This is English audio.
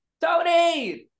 Tony